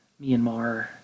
Myanmar